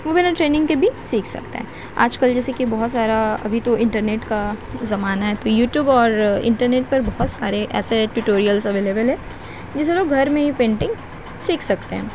وہ بنا ٹریننگ کے بھی سیکھ سکتا ہے آج کل جیسے کہ بہت سارا ابھی تو انٹرنیٹ کا زمانہ ہے تو یوٹیوب اور انٹرنیٹ پر بہت سارے ایسے ٹیوٹوریلس اویلیبل ہیں جس سے لوگ گھر میں ہی پینٹنگ سیکھ سکتے ہیں